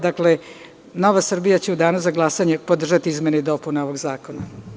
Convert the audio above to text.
Dakle, NS će u danu za glasanje podržati izmene i dopune ovog zakona.